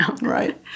Right